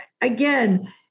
Again